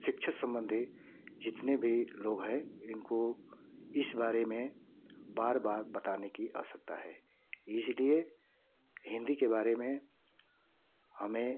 शिक्षा संबंधी जितने भी लोग हैं इनको इस बारे में बार बार बताने की आवश्यकता है इसलिए हिन्दी के बारे में हमें